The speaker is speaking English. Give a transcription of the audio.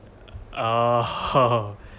oh [ho]